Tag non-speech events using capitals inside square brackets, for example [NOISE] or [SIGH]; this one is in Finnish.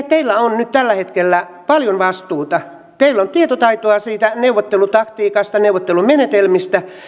[UNINTELLIGIBLE] teillä on nyt tällä hetkellä paljon vastuuta teillä on tietotaitoa siitä neuvottelutaktiikasta neuvottelumenetelmistä